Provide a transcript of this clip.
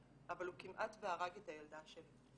אבל הוא כמעט והרג את הילדה שלי.